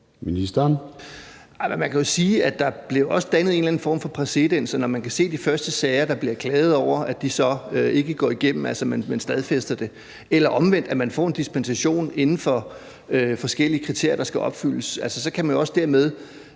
Men man kan sige, at der jo også bliver dannet en eller anden form for præcedens. Når man kan se, at de første sager, der bliver klaget over, ikke går igennem, altså at det stadfæstes, eller omvendt, at man får en dispensation inden for forskellige kriterier, der skal opfyldes, kan man jo også dermed